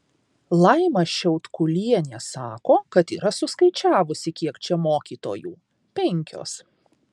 laima šiaudkulienė sako kad yra suskaičiavusi kiek čia mokytojų penkios